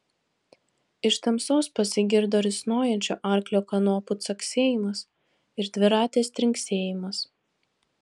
iš tamsos pasigirdo risnojančio arklio kanopų caksėjimas ir dviratės trinksėjimas